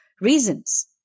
reasons